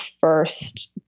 first